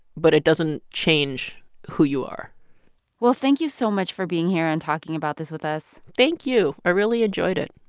but it doesn't change who you are well, thank you so much for being here and talking about this with us thank you. i really enjoyed it